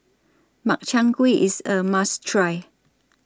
Makchang Gui IS A must Try